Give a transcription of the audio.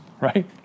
Right